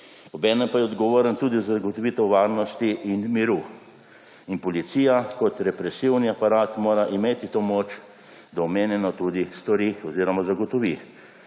obenem pa je odgovoren tudi za zagotovitev varnosti in miru. In policija kot represivni aparat mora imeti to moč, da omenjeno tudi stori oziroma zagotovi.